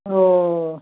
अ